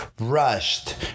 rushed